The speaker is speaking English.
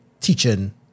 Teaching